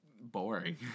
boring